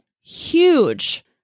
huge